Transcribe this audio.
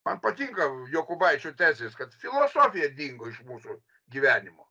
man patinka jokubaičio tezės kad filosofija dingo iš mūsų gyvenimo